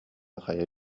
хайа